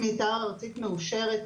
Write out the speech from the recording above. מתאר ארצית מאושרת,